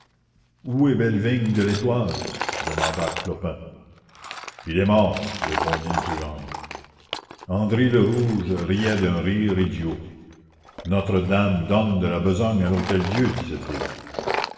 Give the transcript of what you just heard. où est bellevigne de l'étoile demanda clopin il est mort répondit une truande andry le rouge riait d'un rire idiot notre-dame donne de la besogne à l'hôtel-dieu disait-il